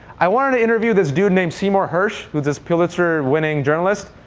i wanted to interview this dude named seymour hirsch, who's this pulitzer-winning journalist,